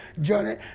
Johnny